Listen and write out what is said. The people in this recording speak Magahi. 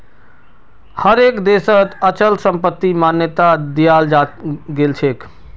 हर एक देशत अचल संपत्तिक मान्यता दियाल गेलछेक